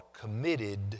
committed